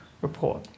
Report